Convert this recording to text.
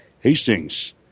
Hastings